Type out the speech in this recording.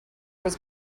was